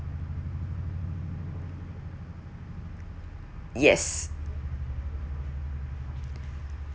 yes